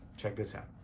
check this out.